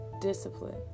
discipline